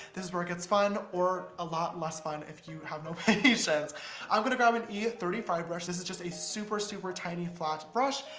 this is where it gets fun, or a lot less fun if you have no patience. i'm gonna grab an e three five brush, this is just a super, super tiny flat brush,